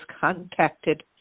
contacted